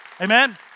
Amen